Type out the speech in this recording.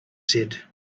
said